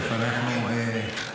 תפתח סטרטאפ, תעמוד ואל תדבר.